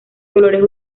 colores